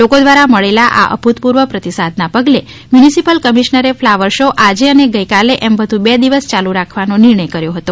લોકો દ્રારા મળેલા આ અભૂતપૂર્વ પ્રતિસાદના પગલે મ્યુનિસિપલ કમિશનરે ફ્લાવર શો આજે અને ગઈકાલે એમ વધુ બે દિવસ યાલુ રાખવાનો નિર્ણય કર્યો છે